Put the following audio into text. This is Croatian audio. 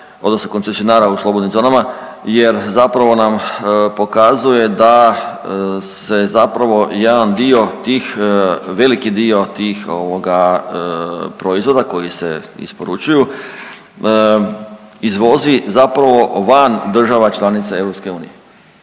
odnosno koncesionara u slobodnim zonama jer zapravo nam pokazuje da se zapravo jedan dio tih, veliki dio tih ovoga proizvoda koji se isporučuju izvozi zapravo van država članica EU.